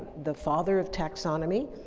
the father of taxonomy,